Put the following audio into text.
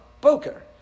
Boker